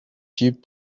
cheap